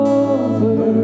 over